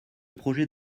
projet